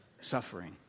suffering